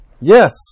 Yes